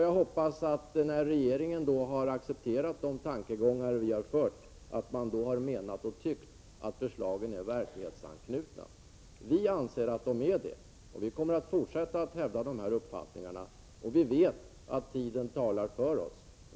Jag hoppas att regeringen, när den har accepterat våra tankegångar, har menat och tyckt att förslaget är verklighetsanknutet. Vi anser att det är det, och vi kommer att fortsätta att hävda denna uppfattning. Vi vet att tiden talar för oss.